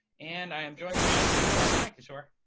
and i am joined by kishore. hi, kishore.